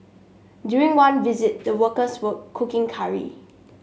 during one visit the workers were cooking curry